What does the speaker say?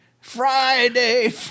Friday